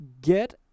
get